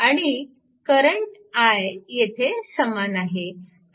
आणि current I येथे समान आहे